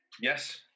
Yes